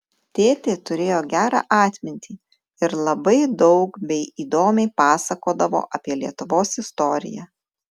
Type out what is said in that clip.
tėtė turėjo gerą atmintį ir labai daug bei įdomiai pasakodavo apie lietuvos istoriją